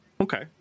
Okay